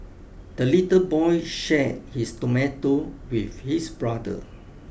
the little boy shared his tomato with his brother